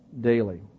daily